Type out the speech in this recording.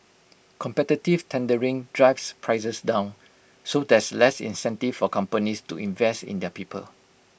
competitive tendering drives prices down so there's less incentive for companies to invest in their people